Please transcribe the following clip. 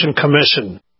commission